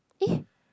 eh